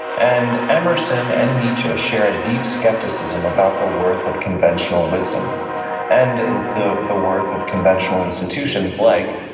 and emerson and nietzsche share a deep skepticism about the worth of conventional wisdom and the the worth of conventional institutions, like,